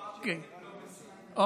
Public Diplomacy.